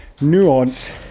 nuance